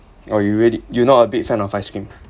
oh you really you not a big fan of ice cream